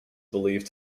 believed